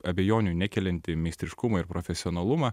abejonių nekeliantį meistriškumą ir profesionalumą